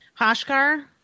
Hoshkar